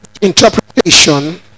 interpretation